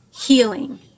healing